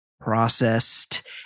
processed